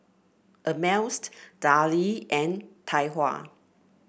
Ameltz Darlie and Tai Hua